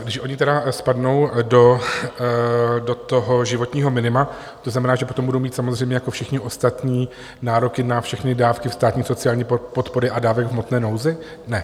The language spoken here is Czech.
Když oni tedy spadnou do toho životního minima, to znamená, že potom budou mít samozřejmě jako všichni ostatní nároky na všechny dávky státní sociální podpory a dávek v hmotné nouzi, ne?